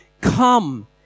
come